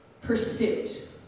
pursuit